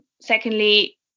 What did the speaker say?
secondly